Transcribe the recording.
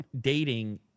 dating